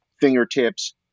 fingertips